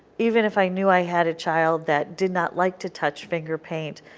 even if i knew i had a child that did not like to touch finger paint,